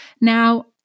Now